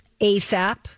ASAP